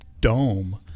dome